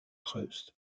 trust